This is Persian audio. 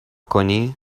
کنی